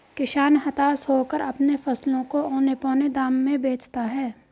किसान हताश होकर अपने फसलों को औने पोने दाम में बेचता है